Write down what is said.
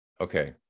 okay